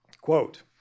Quote